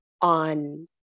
on